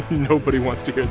nobody wants to